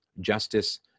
justice